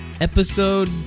episode